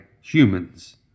humans